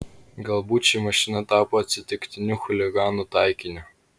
galbūt ši mašina tapo atsitiktiniu chuliganų taikiniu